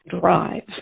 drive